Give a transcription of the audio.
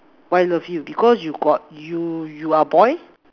why love you because you got you you are boy